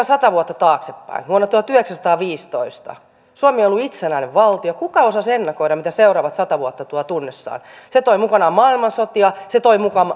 sata vuotta taaksepäin vuonna tuhatyhdeksänsataaviisitoista suomi ei ollut itsenäinen valtio kuka osasi ennakoida mitä seuraavat sata vuotta tuovat tullessaan ne toivat mukanaan maailmansotia toivat